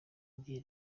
gihe